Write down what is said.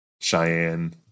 Cheyenne